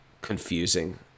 confusing